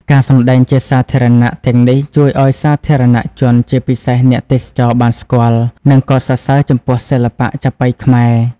ការសម្តែងជាសាធារណៈទាំងនេះ ជួយឱ្យសាធារណជន ជាពិសេសអ្នកទេសចរ បានស្គាល់ និងកោតសរសើរចំពោះសិល្បៈចាប៉ីខ្មែរ។